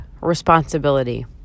Responsibility